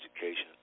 education